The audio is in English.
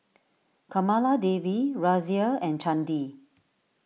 Kamaladevi Razia and Chandi